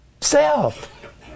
self